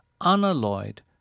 unalloyed